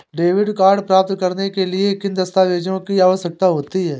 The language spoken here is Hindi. डेबिट कार्ड प्राप्त करने के लिए किन दस्तावेज़ों की आवश्यकता होती है?